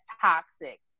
toxic